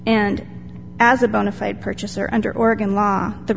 and as a bona fide purchaser under oregon law the